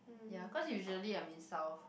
ya cause usually I'm in south